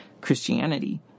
Christianity